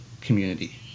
community